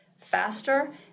faster